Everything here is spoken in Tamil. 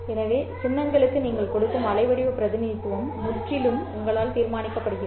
எனவே சின்னங்களுக்கு நீங்கள் கொடுக்கும் அலைவடிவ பிரதிநிதித்துவம் முற்றிலும் உங்களால் தீர்மானிக்கப்படுகிறது